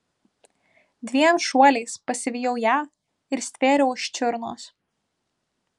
dviem šuoliais pasivijau ją ir stvėriau už čiurnos